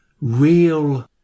real